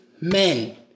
men